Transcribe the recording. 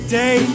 day